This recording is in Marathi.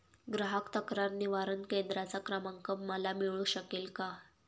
ग्राहक तक्रार निवारण केंद्राचा क्रमांक मला मिळू शकेल का?